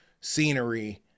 scenery